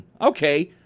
okay